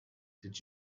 did